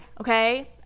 okay